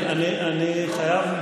אני חייב,